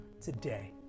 today